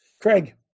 Craig